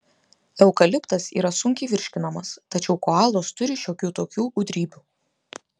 eukaliptas yra sunkiai virškinamas tačiau koalos turi šiokių tokių gudrybių